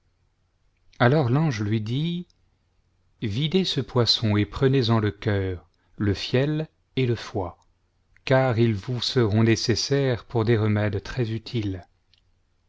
alors l'ange lui dit videz ce poisson et prenez-en le cœur le fiel et le foie car ils vous seront nécessaires pour des remèdes très utiles